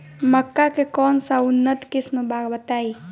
मक्का के कौन सा उन्नत किस्म बा बताई?